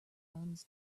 runs